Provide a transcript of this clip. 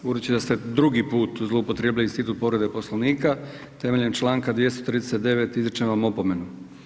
Budući da ste drugi put zloupotrijebili institut povrede Poslovnika, temeljem članka 239., izričem vam opomenu.